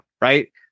right